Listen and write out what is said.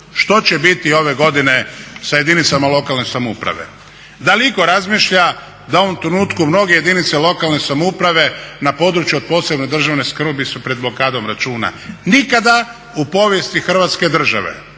što će biti ove godine sa jedinicama lokalne samouprave. Da li itko razmišlja da u ovom trenutku mnoge jedinice lokalne samouprave na području od posebne državne skrbi su pred blokadom računa. Nikada u povijesti Hrvatske države